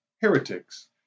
Heretics